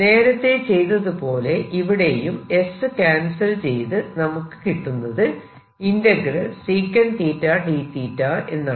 നേരത്തെ ചെയ്തതുപോലെ ഇവിടെയും s ക്യാൻസൽ ചെയ്ത് നമുക്ക് കിട്ടുന്നത് d എന്നാണ്